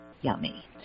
yummy